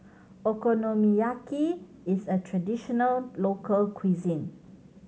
Okonomiyaki is a traditional local cuisine